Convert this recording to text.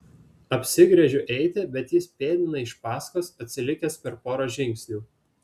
apsigręžiu eiti bet jis pėdina iš paskos atsilikęs per porą žingsnių